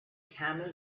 camel